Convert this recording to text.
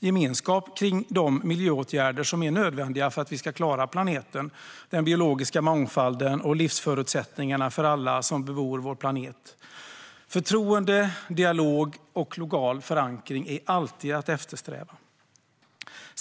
gemenskap kring de miljöåtgärder som är nödvändiga för att vi ska klara planeten, den biologiska mångfalden och livsförutsättningarna för alla som bebor vår planet. Förtroende, dialog och lokal förankring är alltid att eftersträva.